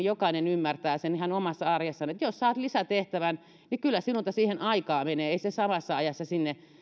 jokainen ymmärtää sen ihan omassa arjessaan että jos saat lisätehtävän niin kyllä sinulta siihen aikaa menee ei se samassa ajassa